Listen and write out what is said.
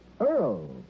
Earl